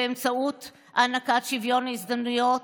באמצעות הענקת שוויון הזדמנות,